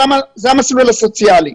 זה המסלול הסוציאלי.